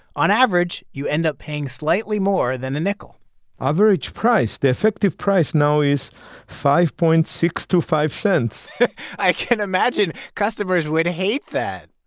on average, you end up paying slightly more than a nickel average price the effective price now is five point six to five cents i can imagine customers would hate that.